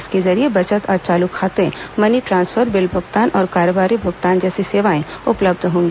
इसके जरिये बचत और चालू खातों मनी ट्रांस्फर बिल भुगतान और कारोबारी भुगतान जैसी सेवाएं उपलब्ध होंगी